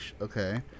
Okay